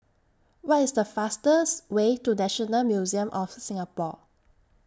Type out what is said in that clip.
What IS The fastest Way to National Museum of Singapore